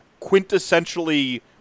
quintessentially